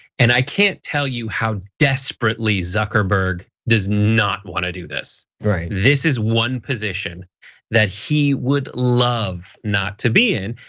and i can't tell you how desperately zuckerberg does not wanna do this right. this is one position that he would love not to be in.